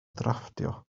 drafftio